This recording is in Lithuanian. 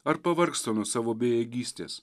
ar pavargsta nuo savo bejėgystės